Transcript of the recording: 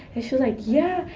she was like yeah,